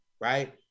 right